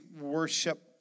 worship